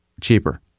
cheaper